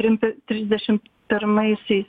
trim pi trisdešim pirmaisiais